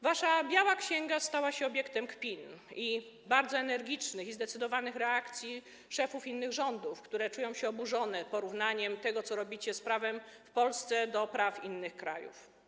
Wasza biała księga stała się obiektem kpin, bardzo energicznych i zdecydowanych reakcji szefów innych rządów, które czują się oburzone porównaniem tego, co robicie z prawem w Polsce, do praw innych krajów.